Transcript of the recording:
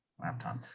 laptop